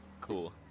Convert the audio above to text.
Cool